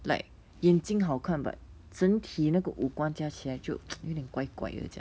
like 眼睛好看 but 整体那个无关加起来就 有点怪怪的这样